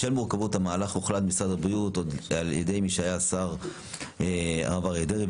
בשל מורכבות המהלך הוחלט במשרד הבריאות עוד על-ידי השר אריה דרעי,